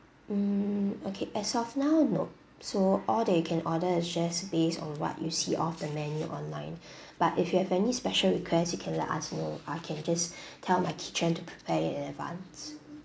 mm okay as of now nope so all that you can order is just based on what you see off the menu online but if you have any special requests you can let us know I can just tell my kitchen to prepare it in advance